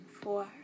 Four